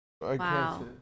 wow